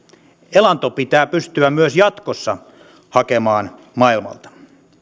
elanto pitää pystyä myös jatkossa hakemaan maailmalta